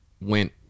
went